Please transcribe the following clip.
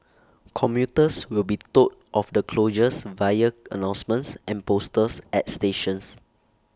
commuters will be told of the closures via announcements and posters at stations